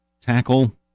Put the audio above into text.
tackle